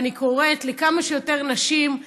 ואני קוראת לכמה שיותר נשים,